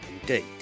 indeed